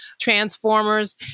transformers